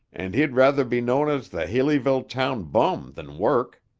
and he'd rather be known as the haleyville town bum than work.